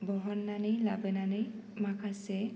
बहन्नानै लाबोनानै माखासे